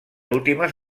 últimes